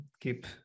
Keep